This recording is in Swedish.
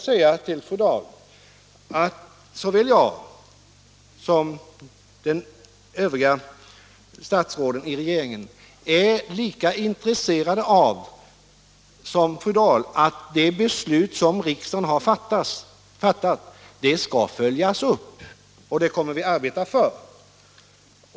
Såväl jag som de övriga i regeringen är emellertid lika intresserade som fru Dahl av att det beslut som riksdagen har fattat skall följas upp, och det kommer vi att arbeta för.